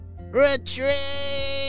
retreat